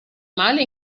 male